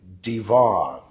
divan